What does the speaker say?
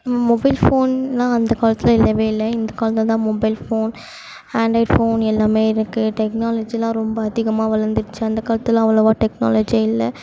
mobile ஃபோன்லாம் அந்த காலத்தில் இல்லவே இல்லை இந்த காலத்தில்தான் மொபைல் ஃபோன் ஆண்ட்ராய்ட் ஃபோன் எல்லாமே இருக்குது டெக்னாலஜிலாம் ரொம்ப அதிகமாக வளர்ந்துடுச்சி அந்த காலத்துலலாம் அவ்வளோவா டெக்னாலஜியே இல்லை